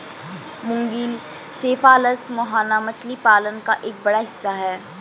मुगिल cephalus मुहाना मछली पालन का एक बड़ा हिस्सा है